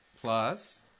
Plus